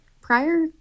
Prior